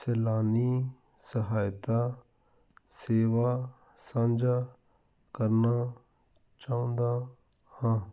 ਸੈਲਾਨੀ ਸਹਾਇਤਾ ਸੇਵਾ ਸਾਂਝਾ ਕਰਨਾ ਚਾਹੁੰਦਾ ਹਾਂ